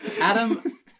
Adam